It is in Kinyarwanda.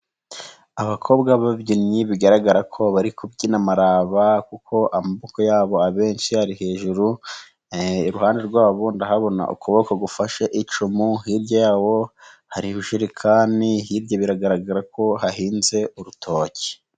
Abakobwa b'abyinnyi bigaragara ko bari kubyina amaraba kuko amaboko yabo abenshi ari hejuru. Iruhande rwabo ndahabona ukuboko gufashe icumu, hirya yabo hari ibijerekani, hirya biragaragara ko hahinze urutoki.